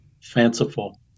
fanciful